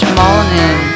morning